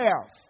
else